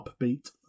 upbeat